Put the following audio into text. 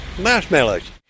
Marshmallows